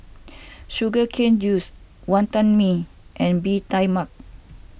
Sugar Cane Juice Wantan Mee and Bee Tai Mak